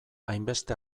hainbeste